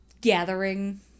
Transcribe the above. gathering